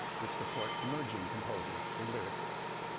which support emerging composers and lyricists.